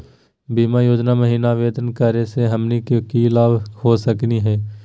बीमा योजना महिना आवेदन करै स हमनी के की की लाभ हो सकनी हे?